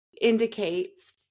indicates